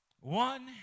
One